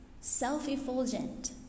self-effulgent